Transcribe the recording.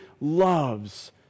loves